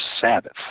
Sabbath